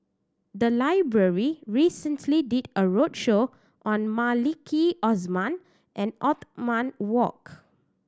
the library recently did a roadshow on Maliki Osman and Othman Wok